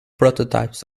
prototypes